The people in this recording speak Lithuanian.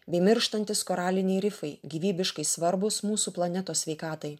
bei mirštantys koraliniai rifai gyvybiškai svarbūs mūsų planetos sveikatai